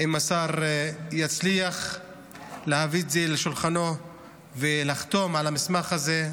אם השר יצליח להביא את זה לשולחנו ולחתום על המסמך הזה,